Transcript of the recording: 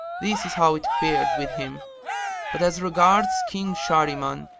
this is how it fared with him but as regards king shahri man,